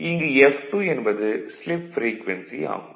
இங்கு f2 என்பது slip frequency ஆகும்